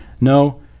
No